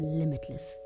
limitless